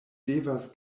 devas